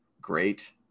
great